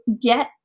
get